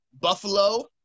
Buffalo